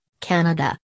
Canada